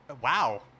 wow